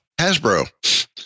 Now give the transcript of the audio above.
Hasbro